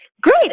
Great